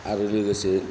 आरो लोगोसे